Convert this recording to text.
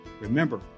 Remember